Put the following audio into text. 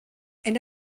and